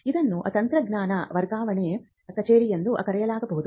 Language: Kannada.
ಇದನ್ನು ತಂತ್ರಜ್ಞಾನ ವರ್ಗಾವಣೆ ಕಚೇರಿ ಎಂದೂ ಕರೆಯಬಹುದು